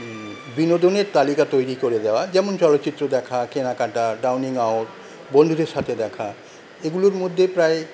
বিনোদনের তালিকা তৈরি করে দেওয়া যেমন চলচ্চিত্র দেখা কেনাকাটা ডাইনিং আউট বন্ধুদের সাথে দেখা এইগুলোর মধ্যে প্রায়